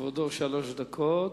לכבודו שלוש דקות.